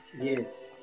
Yes